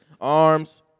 Arms